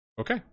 Okay